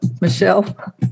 michelle